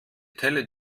teller